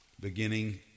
Beginning